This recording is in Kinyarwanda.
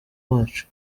bacu